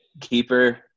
keeper